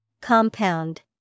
Compound